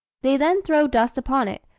they then throw dust upon it,